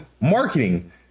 marketing